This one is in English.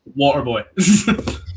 Waterboy